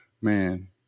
man